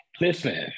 Listen